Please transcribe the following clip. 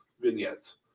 vignettes